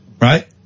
right